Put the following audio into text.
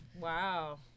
wow